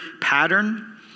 pattern